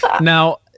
Now